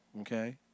okay